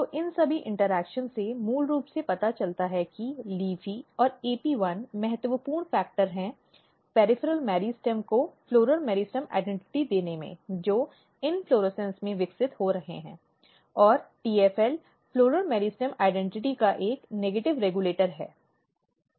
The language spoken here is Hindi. तो इन सभी इंटरैक्शन से मूल रूप से पता चलता है कि LEAFY और AP1 महत्वपूर्ण कारक हैं परिधीय मेरिस्टम को फ़्लॉरल मेरिस्टम पहचान देने में जो इन्फ्लोरेसन्स में विकसित हो रहे हैं और TFL फ़्लॉरल मेरिस्टम पहचान का एक नकारात्मक रेग्यूलेटर है